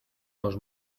los